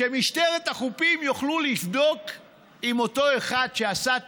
שבמשטרת החופים יוכלו לבדוק אם אותו אחד שעשה תאונה,